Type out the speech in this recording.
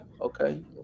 Okay